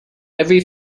every